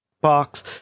Box